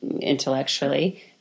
intellectually